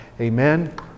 Amen